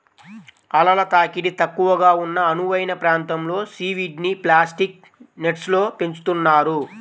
అలల తాకిడి తక్కువగా ఉన్న అనువైన ప్రాంతంలో సీవీడ్ని ప్లాస్టిక్ నెట్స్లో పెంచుతున్నారు